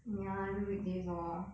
ya I do weekdays lor